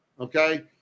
okay